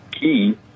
key